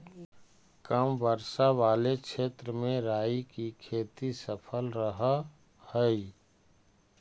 कम वर्षा वाले क्षेत्र में राई की खेती सफल रहअ हई